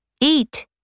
Eat